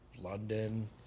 London